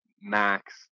max